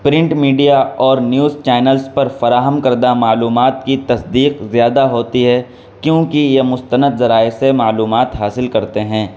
print media اور news channels پر فراہم کردہ معلومات کی تصدیق زیادہ ہوتی ہے کیونکہ یہ مستند ذرائع سے معلومات حاصل کرتے ہیں